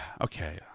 Okay